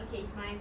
okay it's my